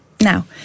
Now